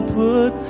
put